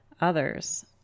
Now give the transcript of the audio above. others